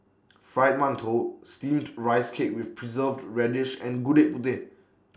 Fried mantou Steamed Rice Cake with Preserved Radish and Gudeg Putih